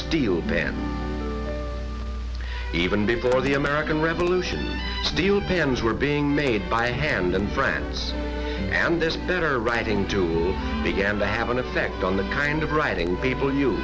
steel band even before the american revolution the you peons were being made by hand and friends and this better writing to began to have an effect on the kind of writing people you